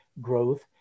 growth